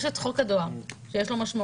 יש את חוק הדואר, שיש לו משמעויות.